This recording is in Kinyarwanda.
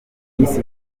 mutesi